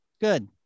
good